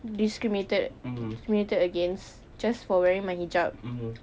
discriminated discriminated against just for wearing my hijab